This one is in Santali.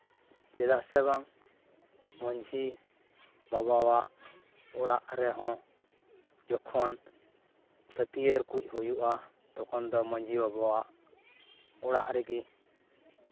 ᱪᱮᱫᱟᱜ ᱥᱮ ᱵᱟᱝ ᱢᱟᱺᱡᱷᱤ ᱵᱟᱵᱟᱣᱟᱜ ᱚᱲᱟᱜ ᱨᱮᱦᱚᱸ ᱡᱚᱠᱷᱚᱱ ᱪᱷᱟᱹᱴᱭᱟᱹᱨ ᱠᱚ ᱦᱩᱭᱩᱜᱼᱟ ᱛᱚᱠᱷᱚᱱ ᱫᱚ ᱢᱟᱺᱡᱷᱤ ᱵᱟᱵᱟᱣᱟᱜ ᱚᱲᱟᱜ ᱨᱮᱜᱮ